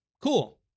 cool